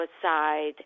aside